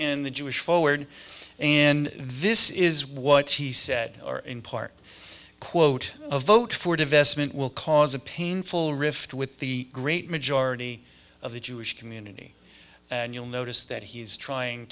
in the jewish forward and this is what he said in part quote a vote for divestment will cause a painful rift with the great majority of the jewish community and you'll notice that he's trying